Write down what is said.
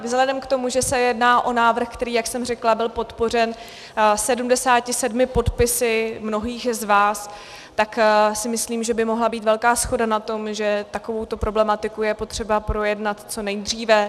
Vzhledem k tomu, že se jedná o návrh, který, jak jsem řekla, byl podpořen 77 podpisy mnohých z vás, tak si myslím, že by mohla být velká shoda na tom, že takovouto problematiku je potřeba projednat co nejdříve.